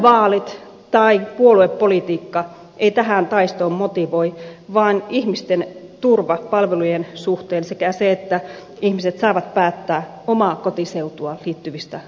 kuntavaalit tai puoluepolitiikka ei tähän taistoon motivoi vaan ihmisten turva palvelujen suhteen sekä se että ihmiset saavat päättää omaan kotiseutuunsa liittyvistä asioista